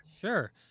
Sure